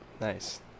nice